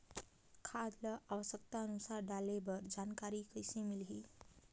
खाद ल आवश्यकता अनुसार डाले बर जानकारी कइसे मिलही?